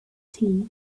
tea